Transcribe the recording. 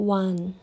one